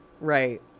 Right